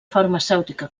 farmacèutica